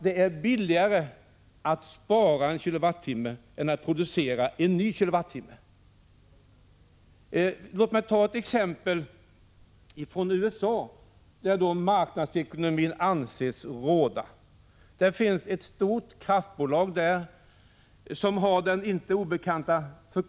Det är billigare att spara en kilowattimme än att producera en ny. Låt mig ta ett exempel från USA, där marknadsekonomin anses råda. I USA finns det ett stort kraftbolag vars namn förkortas till inte helt obekanta BPA.